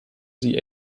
sie